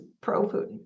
pro-Putin